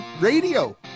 radio